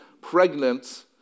pregnant